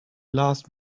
last